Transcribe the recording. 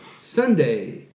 Sunday